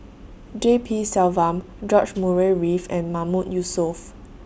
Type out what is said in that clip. G P Selvam George Murray Reith and Mahmood Yusof